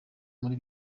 muri